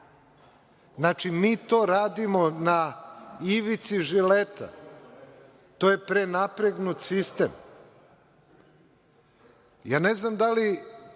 Znači, mi to radimo na ivici žileta. To je prenapregnut sistem. Ja sam